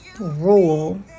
rule